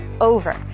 over